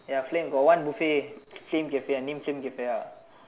ya flame got one buffet name flame cafe ah name flame cafe ah